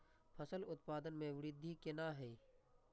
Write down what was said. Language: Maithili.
फसल उत्पादन में वृद्धि केना हैं?